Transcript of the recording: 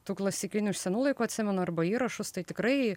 tų klasikinių iš senų laikų atsimenu arba įrašus tai tikrai